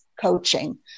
coaching